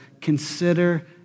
consider